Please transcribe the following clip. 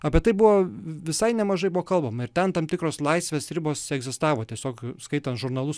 apie tai buvo visai nemažai buvo kalbama ir ten tam tikros laisvės ribos egzistavo tiesiog skaitant žurnalus